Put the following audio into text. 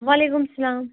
وعلیکُم السلام